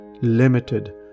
limited